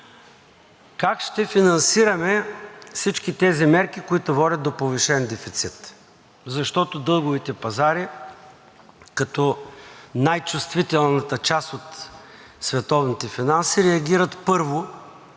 как ще финансираме всички тези мерки, които водят до повишен дефицит, защото дълговите пазари като най-чувствителната част от световните финанси реагират първо,